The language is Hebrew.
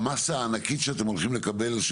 למסה הענקית שאתם הולכים לקבל,